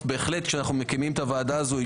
בהחלט מה המהות כשאנחנו מקימים את הוועדה הזו,